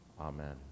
Amen